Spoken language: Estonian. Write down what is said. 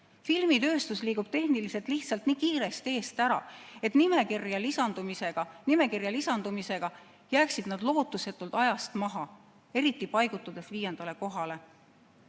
Filmitööstus liigub tehniliselt lihtsalt nii kiiresti eest ära, nimekirja lisandumise korral jääksid nad lootusetult ajast maha, eriti siis, kui nad paigutatakse viiendale kohale.